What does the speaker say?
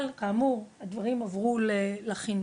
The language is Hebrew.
אבל, כאמור הדברים עברו לחינוך,